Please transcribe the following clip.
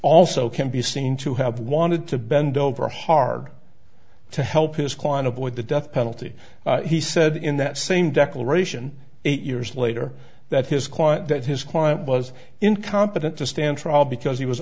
also can be seen to have wanted to bend over hard to help his client aboard the death penalty he said in that same declaration eight years later that his client that his client was incompetent to stand trial because he was